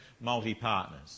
multi-partners